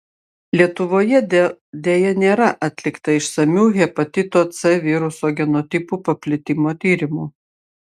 lietuvoje deja nėra atlikta išsamių hepatito c viruso genotipų paplitimo tyrimų